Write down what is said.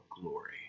glory